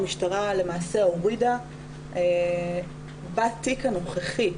המשטרה למעשה הורידה בתיק הנוכחי,